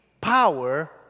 power